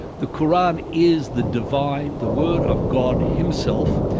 the koran is the divine, the word of god himself,